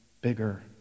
bigger